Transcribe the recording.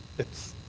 it's